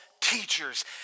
teachers